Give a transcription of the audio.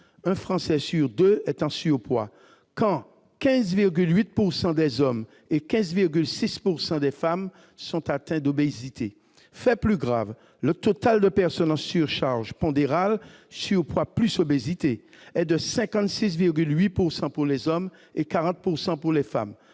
Un Français sur deux est en surpoids, quand 15,8 % des hommes et 15,6 % des femmes sont atteints d'obésité. Fait plus grave, le taux de personnes en surcharge pondérale- surpoids plus obésité -s'élève, au total, à 56,8 % pour les hommes et à 40 % pour les femmes.